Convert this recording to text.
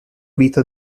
vita